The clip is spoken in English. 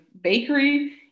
bakery